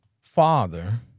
father